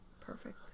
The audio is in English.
perfect